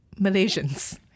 Malaysians